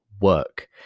work